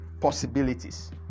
possibilities